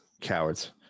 Cowards